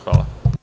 Hvala.